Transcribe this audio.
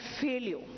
failure